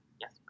yes